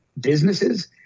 businesses